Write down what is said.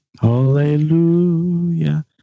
Hallelujah